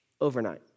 overnight